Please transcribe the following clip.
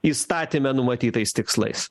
įstatyme numatytais tikslais